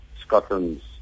Scotland's